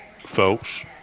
folks